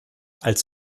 als